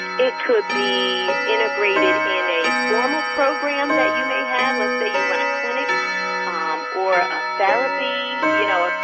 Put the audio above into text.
it could be integrated in a formal program that you may have, let's say you run a clinic or a therapy, you know,